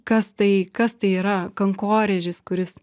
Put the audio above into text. kas tai kas tai yra kankorėžis kuris